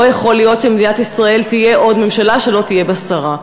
לא יכול להיות שבמדינת ישראל תהיה עוד ממשלה שלא תהיה בה שרה,